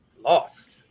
lost